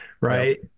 right